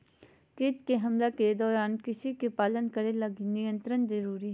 कीट के हमला के दौरान कृषि के पालन करे लगी नियंत्रण जरुरी हइ